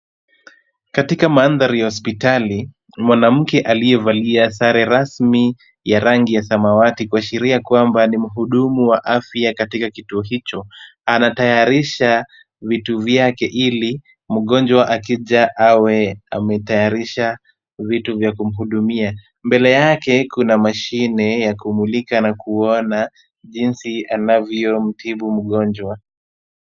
Katika mandhari ya hospitali, mwanamke aliyevalia sare rasmi ya rangi ya samawati kuashiria kwamba ni mhudumu wa afya katika kituo hicho, anatayarisha vitu vyake ili mgonjwa akija awe ametayarisha vitu vya kumhudumia. Mbele yake kuna mashine ya kumulika na kuona jinsi anavyomtibu mgonjwa.